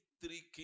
three